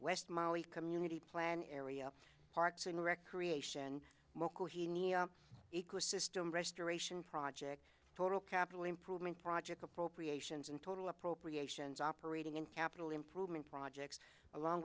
west mali community plan area parks and recreation ecosystem restoration project total capital improvement project appropriations and total appropriations operating and capital improvement projects along